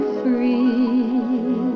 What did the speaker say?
free